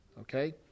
okay